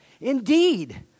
Indeed